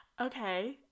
Okay